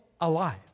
alive